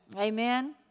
Amen